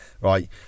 right